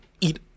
eat